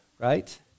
right